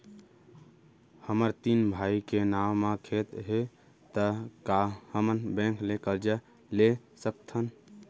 हमर तीन भाई के नाव म खेत हे त का हमन बैंक ले करजा ले सकथन?